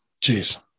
Jeez